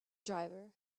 driver